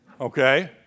Okay